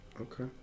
Okay